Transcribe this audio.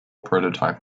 prototype